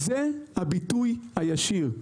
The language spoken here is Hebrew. זה הביטוי הישיר.